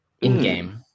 In-game